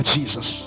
Jesus